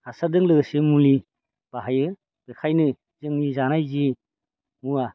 हासारजों लोगोसे मुलि बाहायो बेखायनो जोंनि जानाय जि मुवा